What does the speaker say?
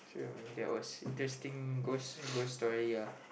so that was testing ghost ghost story ya